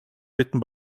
written